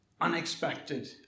unexpected